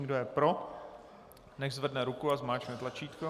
Kdo je pro, nechť zvedne ruku a zmáčkne tlačítko.